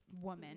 woman